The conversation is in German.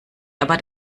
aber